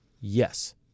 Yes